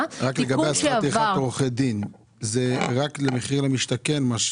שכר טרחת עורכי דין זה רק למחיר למשתכן?